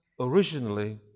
Originally